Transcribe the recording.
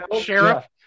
sheriff